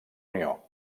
unió